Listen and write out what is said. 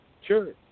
Sure